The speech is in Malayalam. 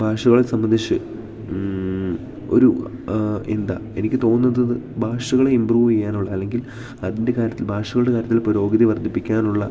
ഭാഷകളെ സംബന്ധിച്ച് ഒരു എന്താ എനിക്ക് തോന്നുന്നത് ഭാഷകളെ ഇമ്പ്രൂവ് ചെയ്യാനുള്ള അല്ലെങ്കിൽ അതിൻ്റെ കാര്യത്തിൽ ഭാഷകളുടെ കാര്യത്തിൽ പുരോഗതി വർദ്ധിപ്പിക്കാനുള്ള